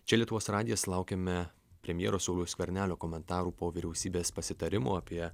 čia lietuvos radijas laukiame premjero sauliaus skvernelio komentarų po vyriausybės pasitarimo apie